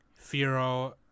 Firo